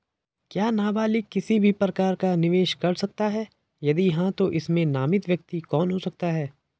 क्या नबालिग किसी भी प्रकार का निवेश कर सकते हैं यदि हाँ तो इसमें नामित व्यक्ति कौन हो सकता हैं?